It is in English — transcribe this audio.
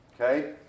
okay